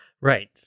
Right